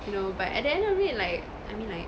you know but at the end of the day like I mean like